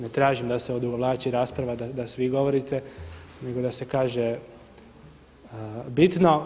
Ne tražim da se odugovlači rasprava da svi govorite nego da se kaže bitno.